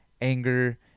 anger